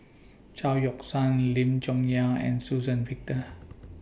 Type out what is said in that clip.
Chao Yoke San Lim Chong Yah and Suzann Victor